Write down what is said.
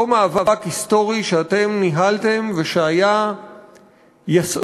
אותו מאבק היסטורי שאתם ניהלתם והיה יסעור